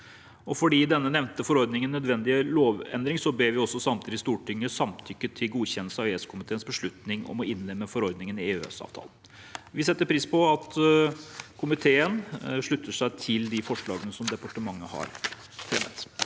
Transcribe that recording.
Fordi den nevnte forordningen nødvendiggjør lovendring, ber vi samtidig om at Stortinget samtykker til godkjennelse av EØS-komiteens beslutning om å innlemme forordningen i EØS-avtalen. Vi setter pris på at komiteen slutter seg til de forslagene som departementet har fremmet.